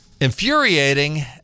infuriating